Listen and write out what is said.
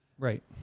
Right